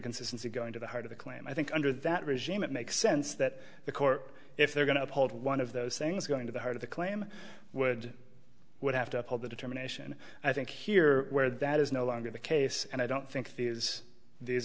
consistency going to the heart of the claim i think under that regime it makes sense that the court if they're going to uphold one of those things going to the heart of the claim would would have to uphold the determination i think here where that is no longer the case and i don't think these these